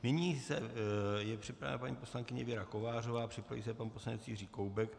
Nyní je připravena paní poslankyně Věra Kovářová, připraví se pan poslanec Jiří Koubek.